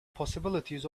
possibilities